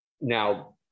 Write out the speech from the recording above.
now